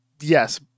yes